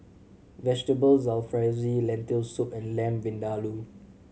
Vegetable Jalfrezi Lentil Soup and Lamb Vindaloo